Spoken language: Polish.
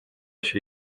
się